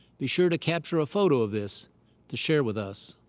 be sure to capture a photo of this to share with us.